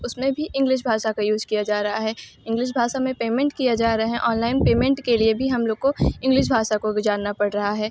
उसमें भी इग्लिस भाषा का यूज़ किया जा रहा है इंग्लिस भाषा में पेमेंट किया जा रहे हैं ऑनलाइन पेमेंट के लिए भी हम लोग को इंग्लिश भाषा को भी जानना पड़ रहा है